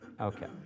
Okay